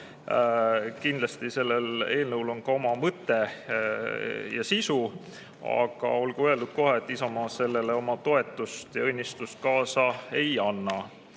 kindlasti on sellel eelnõul ka oma mõte ja sisu –, aga olgu kohe öeldud, et Isamaa sellele oma toetust ja õnnistust kaasa ei anna.